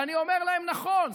ואני אומר להם: נכון,